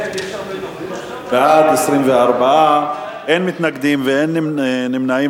בעד, 24, אין מתנגדים ואין נמנעים.